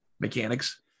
mechanics